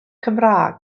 cymraeg